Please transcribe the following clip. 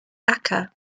aker